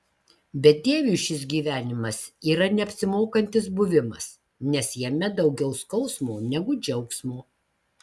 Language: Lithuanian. bedieviui šis gyvenimas yra neapsimokantis buvimas nes jame daugiau skausmo negu džiaugsmo